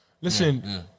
Listen